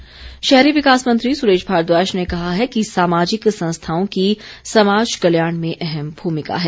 भारद्वाज शहरी विकास मंत्री सुरेश भारद्वाज ने कहा है कि सामाजिक संस्थाओं की समाज कल्याण में अहम भूमिका है